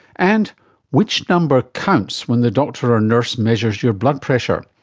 and which number counts when the doctor or nurse measures your blood pressure,